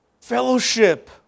Fellowship